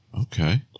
Okay